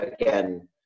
again